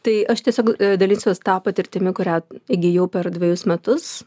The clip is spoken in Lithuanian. tai aš tiesiog dalinsiuos ta patirtimi kurią įgijau per dvejus metus